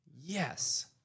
Yes